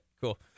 Cool